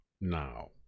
now